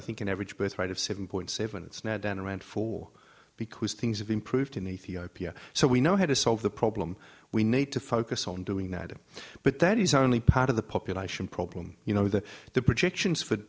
i think an average birthright of seven point seven it's now down around four because things have improved in ethiopia so we know how to solve the problem we need to focus on doing that but that is only part of the population problem you know that the projections for